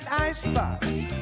Icebox